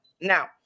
Now